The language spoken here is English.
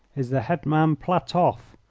is the hetman platoff.